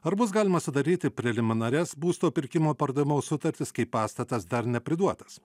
ar bus galima sudaryti preliminarias būsto pirkimo pardavimo sutartis kai pastatas dar nepriduotas